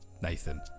nathan